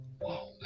wow